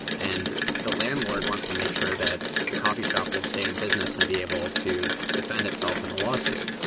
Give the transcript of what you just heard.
and the landlord wants to make sure that the coffee shop will stay in business and be able to defend itself in the lawsuit.